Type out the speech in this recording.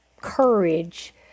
courage